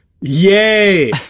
yay